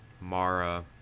Mara